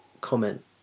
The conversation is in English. comment